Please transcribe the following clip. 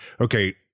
okay